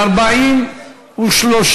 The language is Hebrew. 2 נתקבלו.